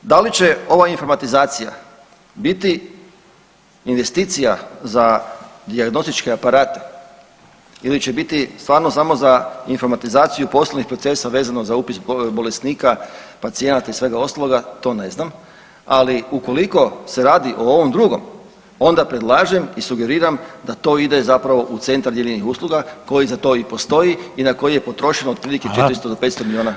E sada, da li će ova informatizacija biti investicija za dijagnostičke aparate ili će biti stvarno samo za informatizaciju poslovnih procesa vezano za upis bolesnika, pacijenata i svega ostaloga to ne znam, ali ukoliko se radi o ovom drugom onda predlažem i sugeriram da to ide zapravo u centar … [[ne razumije se]] usluga koji za to i postoji i na koji je potrošeno otprilike 400 do 500 milijuna kuna.